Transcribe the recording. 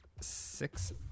six